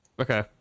Okay